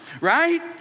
right